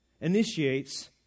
initiates